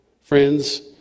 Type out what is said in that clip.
Friends